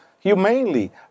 Humanely